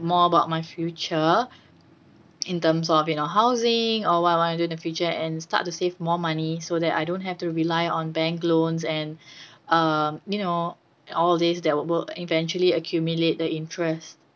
more about my future in terms of you know housing or what I want to do in the future and start to save more money so that I don't have to rely on bank loans and uh you know all of these that would wo~ eventually accumulate the interest